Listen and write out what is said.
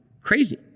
crazy